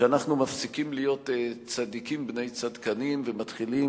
שאנחנו מפסיקים להיות צדיקים בני צדקנים ומתחילים